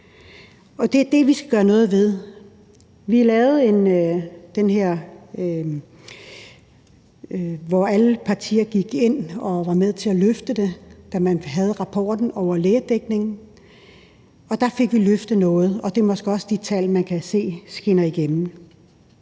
det er det, vi skal gøre noget ved. Alle partier gik ind og var med til at løfte det, da vi fik rapporten om lægedækningen. Der fik vi løftet noget, og det er måske også de tal, man kan se skinne igennem.